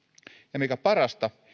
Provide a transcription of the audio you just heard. ja mikä parasta